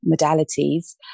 modalities